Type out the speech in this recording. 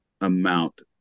amount